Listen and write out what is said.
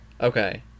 Okay